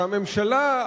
כשבממשלה,